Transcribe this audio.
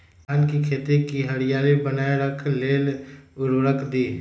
धान के खेती की हरियाली बनाय रख लेल उवर्रक दी?